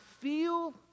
feel